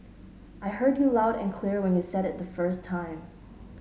I heard you loud and clear when you said it the first time